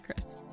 Chris